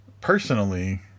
personally